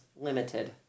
Limited